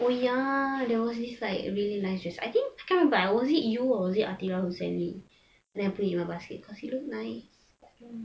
oh ya there was this like really nice dress I think I can't remember was it you or was it athirah who send me then I put in my basket cause it looks nice